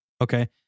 Okay